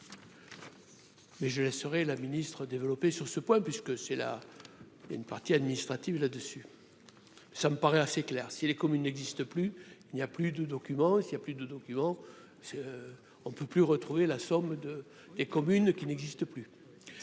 mais je laisserai la Ministre développer sur ce point, puisque c'est là, il y a une partie administrative là-dessus, ça me paraît assez clair, si les communes n'existe plus, il n'y a plus de documents, s'il y a plus de documents, c'est on ne peut plus retrouver la somme de des communes qui n'existe plus,